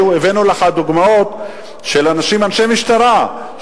הבאנו לך דוגמאות של אנשי משטרה,